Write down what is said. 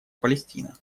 палестина